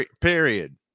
period